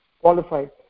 qualified